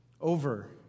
over